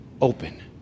Open